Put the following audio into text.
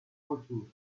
retour